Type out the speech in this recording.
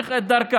להמשיך את דרכה.